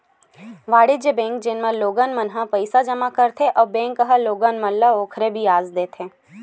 वाणिज्य बेंक, जेमा लोगन मन ह पईसा जमा करथे अउ बेंक ह लोगन मन ल ओखर बियाज देथे